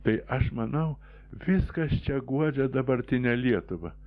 tai aš manau viskas čia guodžia dabartinę lietuvą